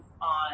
on